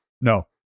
no